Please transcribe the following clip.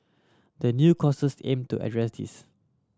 the new courses aim to address this